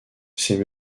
ces